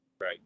Right